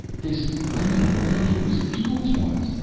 this land all around here was fields once!